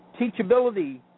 Teachability